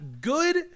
good